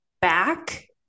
back